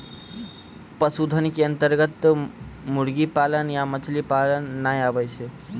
पशुधन के अन्तर्गत मुर्गी पालन या मछली पालन नाय आबै छै